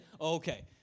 okay